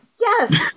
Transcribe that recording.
Yes